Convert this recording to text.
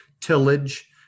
tillage